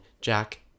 Jack